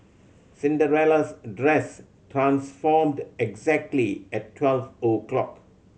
Cinderella's dress transformed exactly at twelve O' clock